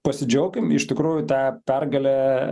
pasidžiaukim iš tikrųjų ta pergalė